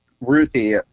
Ruthie